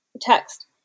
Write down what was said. text